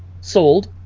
sold